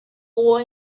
more